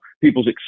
people's